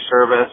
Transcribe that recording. service